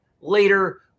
later